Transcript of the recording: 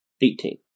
Eighteen